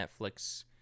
Netflix